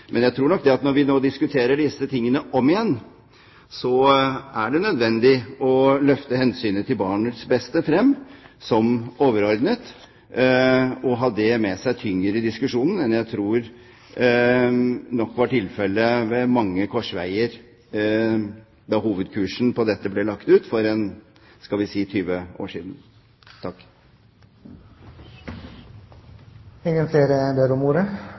Men jeg tror nok at når vi nå diskuterer dette om igjen, er det nødvendig å løfte hensynet til barnets beste frem som overordnet, ha det tyngre med seg i diskusjonen, enn jeg tror var tilfellet ved mange korsveier da hovedkursen for dette ble lagt for 20 år siden. Flere har ikke bedt om ordet